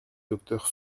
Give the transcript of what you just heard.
docteur